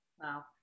Wow